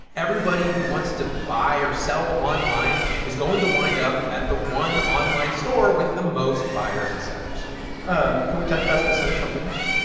everybody who wants to buy or sell online is going to wind up at the one online store with the most buyers and sellers um can we talk about specific companies?